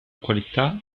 qualità